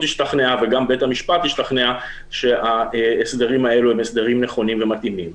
השתכנעה וגם בית המשפט השתכנע שההסדרים האלו הם הסדרים נכונים ומתאימים.